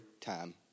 time